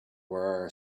were